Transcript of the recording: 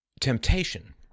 temptation